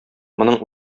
моның